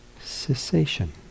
cessation